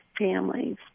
families